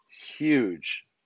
huge